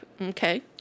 Okay